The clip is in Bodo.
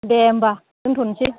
देह होनबा दोन्थ'नोसै